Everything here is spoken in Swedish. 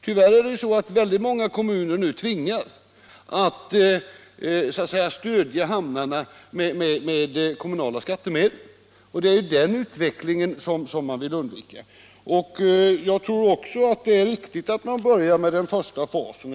Tyvärr tvingas nu väldigt många kommuner att så att säga stödja hamnarna med kommunala skattemedel, och det är ju den utvecklingen som man vill undvika. Också jag tror att det är riktigt att man börjar med den första fasen.